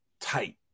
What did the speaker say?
tight